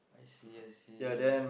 I see I see